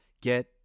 get